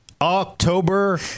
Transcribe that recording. October